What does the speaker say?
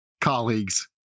colleagues